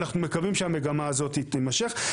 אנחנו מקווים שהמגמה הזאת תימשך.